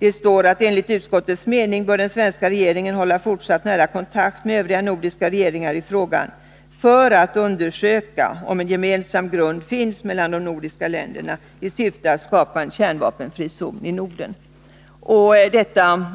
Där står det: ”Enligt utskottets mening bör den svenska regeringen hålla fortsatt nära kontakt med övriga nordiska regeringar i frågan, för att undersöka om en gemensam grund finns mellan de nordiska länderna i syfte att skapa en kärnvapenfri zon i Norden.” Detta